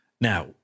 Now